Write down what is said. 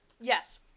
yes